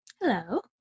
Hello